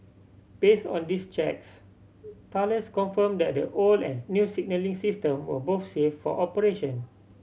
base on these checks Thales confirmed that the old and new signalling system were both safe for operation